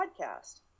podcast